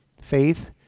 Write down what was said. Faith